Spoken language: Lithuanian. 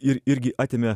ir irgi atėmė